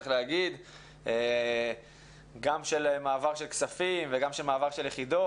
גם של מעבר של כספים וגם של מעבר של יחידות,